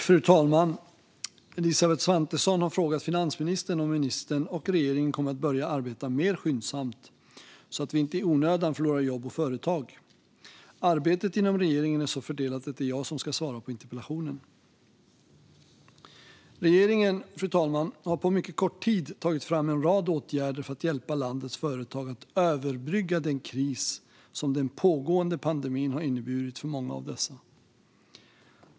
Fru talman! Elisabeth Svantesson har frågat finansministern om ministern och regeringen kommer att börja arbeta mer skyndsamt så att vi inte i onödan förlorar jobb och företag. Arbetet inom regeringen är så fördelat att det är jag som ska svara på interpellationen. Fru talman! Regeringen har på mycket kort tid tagit fram en rad åtgärder för att hjälpa landets företag att överbrygga den kris som den pågående pandemin har inneburit för många av dessa.